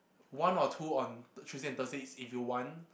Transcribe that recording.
one or two on Tuesdays and Thursdays if you want